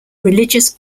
religious